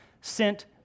sent